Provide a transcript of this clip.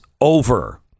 over